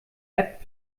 app